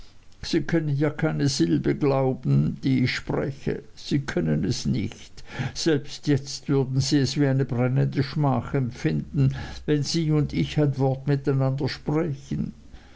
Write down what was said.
sie können ja keine silbe glauben die ich spreche sie können es nicht selbst jetzt würden sie es wie eine brennende schmach empfinden wenn sie und ich ein wort miteinander sprächen